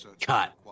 Cut